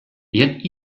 yet